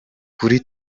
kuri